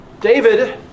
David